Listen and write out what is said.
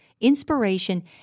inspiration